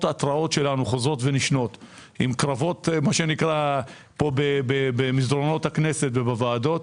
ההתראות שלנו החוזרות ונשנות עם קרבות פה במסדרונות הכנסת ובוועדות,